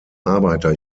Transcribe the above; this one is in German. arbeiter